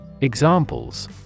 Examples